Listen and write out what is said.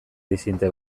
disidente